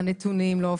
הנתונים לא הופיעו.